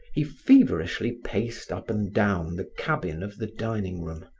he feverishly paced up and down the cabin of the dining room,